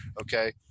Okay